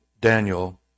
Daniel